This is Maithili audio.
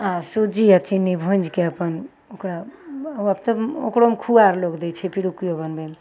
आर सुजी आओर चीनी भुजिके अपन ओकरा ओकरोमे खोआ आर लोग दै छै पिड़ुकियो बनबयमे